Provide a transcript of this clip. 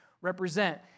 represent